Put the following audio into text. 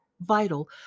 vital